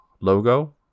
logo